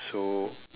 so